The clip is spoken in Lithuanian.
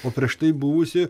o prieš tai buvusi